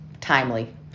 Timely